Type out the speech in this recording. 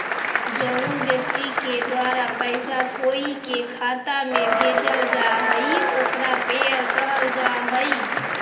जउन व्यक्ति के द्वारा पैसा कोई के खाता में भेजल जा हइ ओकरा पेयर कहल जा हइ